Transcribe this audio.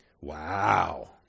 Wow